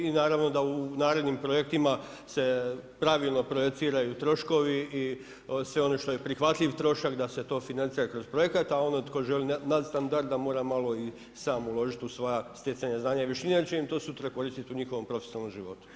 I naravno da u narednim projektima se pravilno projiciraju troškovi i sve ono što je prihvatljiv trošak da se to financira kroz projekat, a onaj tko želi nadstandard da mora malo i sam uložiti u svoja stjecanja znanja i vještine jer će im to sutra koristiti u njihovom profesionalnom životu.